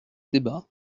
débats